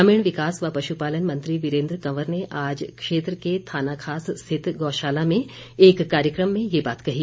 ग्रामीण विकास व पशुपालन मंत्री वीरेंद्र कंवर ने आज क्षेत्र के थानाखास स्थित गौशाला में एक कार्यक्रम में ये बात कही